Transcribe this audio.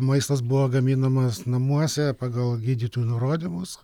maistas buvo gaminamas namuose pagal gydytojų nurodymus